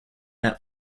that